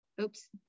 Oops